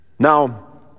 Now